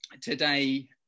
today